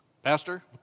Pastor